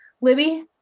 Libby